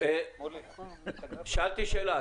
שאלתי שאלה.